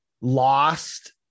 lost